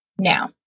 Now